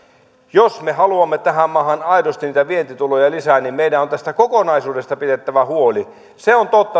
jos me haluamme tähän maahan aidosti niitä vientituloja lisää niin meidän on tästä kokonaisuudesta pidettävä huoli se on totta